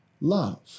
love